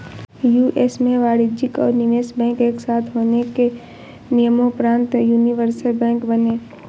US में वाणिज्यिक और निवेश बैंक एक साथ होने के नियम़ोंपरान्त यूनिवर्सल बैंक बने